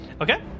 Okay